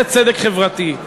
זה צדק חברתי.